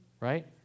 Right